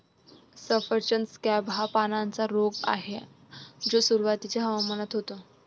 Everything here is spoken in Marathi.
सफरचंद स्कॅब हा पानांचा रोग आहे जो सुरुवातीच्या हवामानात होतो